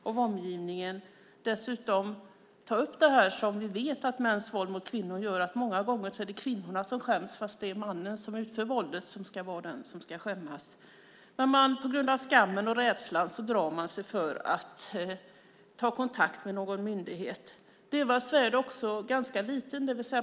Något som vi vet och som också är viktigt att ta upp är det faktum att mäns våld mot kvinnor gör att det många gånger är kvinnan som skäms trots att det är mannen som utför våldet som ska vara den som skäms. På grund av skammen och rädslan drar sig kvinnorna för att ta kontakt med myndigheterna. De dövas värld är dessutom ganska liten.